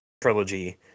trilogy